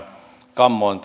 kammoon